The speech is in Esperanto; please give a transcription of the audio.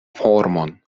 formon